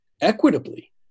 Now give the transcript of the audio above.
equitably